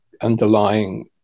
underlying